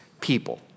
people